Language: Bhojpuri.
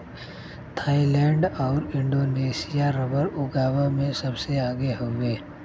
थाईलैंड आउर इंडोनेशिया रबर उगावे में सबसे आगे हउवे